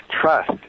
trust